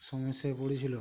সমস্যায় পড়েছিল